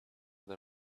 with